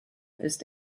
ist